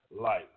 life